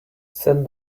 send